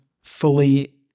fully